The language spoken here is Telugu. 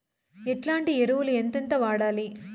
ఎట్లాంటి ఎరువులు ఎంతెంత వాడాలి?